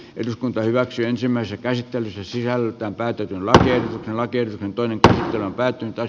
eduskunta hyväksyi ensimmäisen käsittelyn se sisältää päätyy la lakers on toinen tähti on päätynyt on